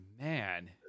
man